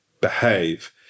behave